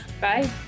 Bye